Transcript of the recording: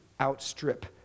outstrip